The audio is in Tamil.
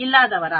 இல்லாதவரா